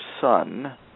son